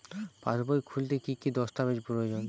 পাসবই খুলতে কি কি দস্তাবেজ প্রয়োজন?